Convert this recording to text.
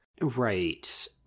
Right